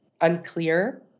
unclear